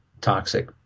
toxic